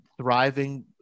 thriving